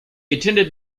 attended